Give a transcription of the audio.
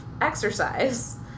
exercise